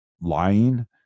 lying